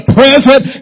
present